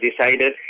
decided